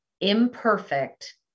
imperfect